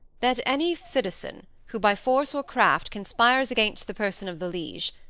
that any citizen, who by force or craft conspires against the person of the liege,